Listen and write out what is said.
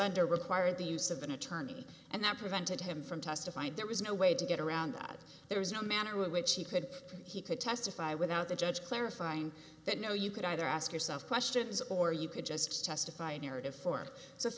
under require the use of an attorney and that prevented him from testified there was no way to get around that there was no manner in which he could he could testify without the judge clarifying that no you could either ask yourself questions or you could just testify in narrative for